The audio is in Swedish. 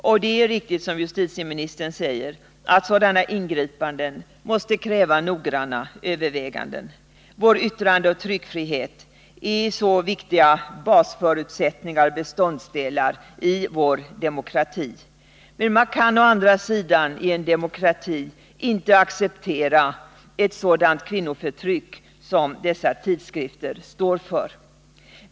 Det är också riktigt som justitieministern säger att sådana ingripanden kräver nogranna överväganden. Vår yttrandefrihet och vår tryckfrihet är så viktiga basförutsättningar och beståndsdelar i vår demokrati. Man kan å andra sidan i en demokrati inte acceptera ett sådant kvinnoförtryck som dessa tidskrifter står för.